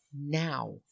now